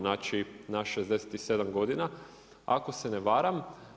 Znači na 67 godina ako se ne varam.